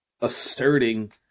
asserting